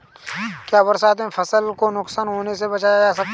क्या बरसात में फसल को नुकसान होने से बचाया जा सकता है?